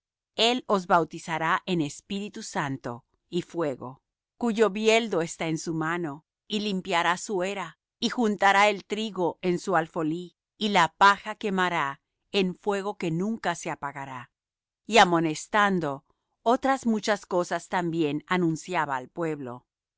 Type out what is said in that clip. él os bautizará en espíritu santo y fuego cuyo bieldo está en su mano y limpiará su era y juntará el trigo en su alfolí y la paja quemará en fuego que nunca se apagará y amonestando otras muchas cosas también anunciaba al pueblo